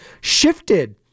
shifted